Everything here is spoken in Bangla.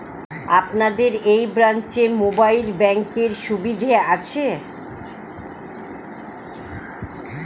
আপনাদের এই ব্রাঞ্চে মোবাইল ব্যাংকের সুবিধে আছে?